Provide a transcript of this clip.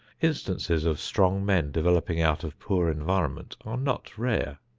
instances of strong men developing out of poor environment are not rare.